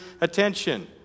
attention